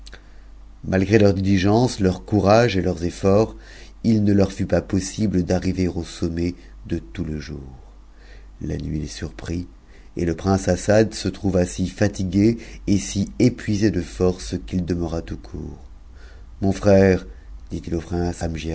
malgré leur diligence leur courage et leurs efforts il ne leur fut pas jkmsime d'arriver au sommet de tout le jour la nuit les surprit et le priucc assad se trouva si fatigué et si épuisé de forces qu'il demeura tout court mon frère dit-il au